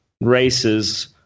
races